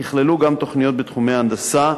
יכללו גם תוכניות בתחומי ההנדסה,